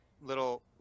little